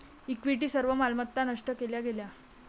equity सर्व मालमत्ता नष्ट केल्या गेल्या